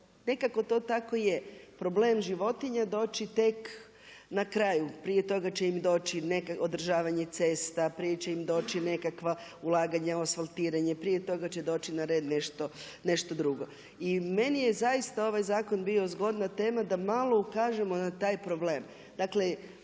nekako to tako je, problem životinja doći tek na kraju, prije toga će im doći održavanje cesta, prije će im doći nekakva ulaganja u asfaltiranje, prije toga će doći na red nešto drugo. I meni je zaista ovaj zakon bio zgodna tema da malo ukažemo na taj problem. Dakle,